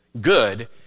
good